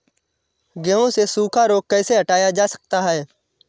गेहूँ से सूखा रोग कैसे हटाया जा सकता है?